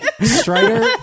Strider